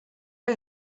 are